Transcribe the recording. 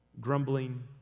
grumbling